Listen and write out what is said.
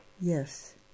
yes